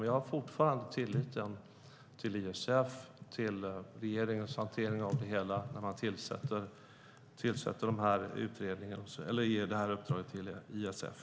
Men jag har fortfarande tillit till ISF och till regeringens hantering av det hela när man ger detta uppdrag till ISF.